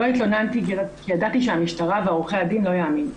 "לא התלוננתי כי ידעתי שהמשטרה ועורכי הדין לא יאמינו.